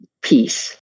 peace